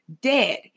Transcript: dead